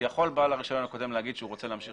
יכול בעל הרישיון הקודם לומר שהוא רוצה להמשיך